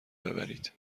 ببرید